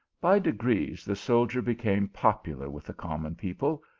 by degrees, the soldier became popular with the common people.